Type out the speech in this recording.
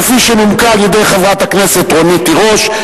כפי שנומקה על-ידי חברת הכנסת רונית תירוש.